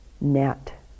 net